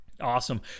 awesome